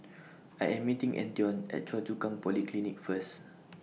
I Am meeting Antione At Choa Chu Kang Polyclinic First